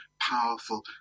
powerful